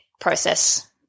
process